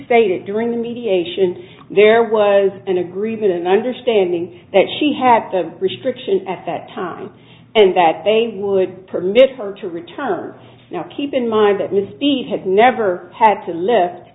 stated during the mediation there was an agreement an understanding that she had the restriction at that time and that they would permit her to return now keep in mind that misty had never had to lift